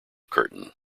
curtin